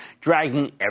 dragging